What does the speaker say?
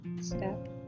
Step